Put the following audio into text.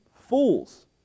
fools